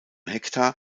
hektar